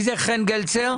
מי זה חן גלצר?